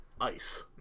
Ice